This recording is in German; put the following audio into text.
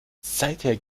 seither